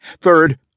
Third